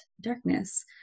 darkness